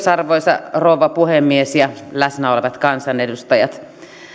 arvoisa rouva puhemies läsnä olevat kansanedustajat